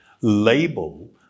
label